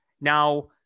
Now